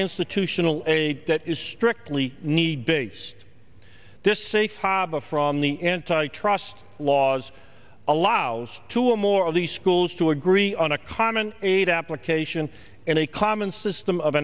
institutional a that is strictly need based this safe haba from the antitrust laws allows to a more of these schools to agree on a common aid application and a common system of